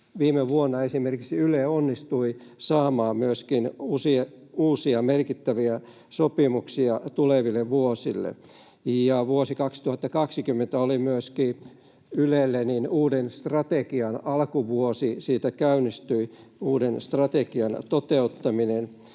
Viime vuonna Yle esimerkiksi onnistui saamaan uusia, merkittäviä sopimuksia tuleville vuosille. Vuosi 2020 oli Ylelle myöskin uuden strategian alkuvuosi. Siitä käynnistyi uuden strategian toteuttaminen,